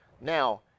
Now